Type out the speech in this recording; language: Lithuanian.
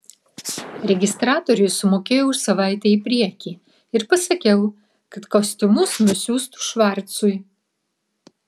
registratoriui sumokėjau už savaitę į priekį ir pasakiau kad kostiumus nusiųstų švarcui